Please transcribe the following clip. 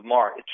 March